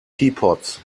teapots